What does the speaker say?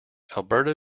alberta